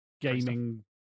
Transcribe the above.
Gaming